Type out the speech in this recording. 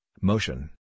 motion